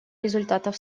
результатов